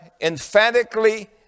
emphatically